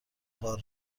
غار